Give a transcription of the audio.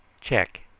Check